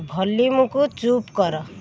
ଭଲ୍ୟୁମ୍କୁ ଚୁପ୍ କର